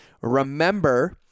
Remember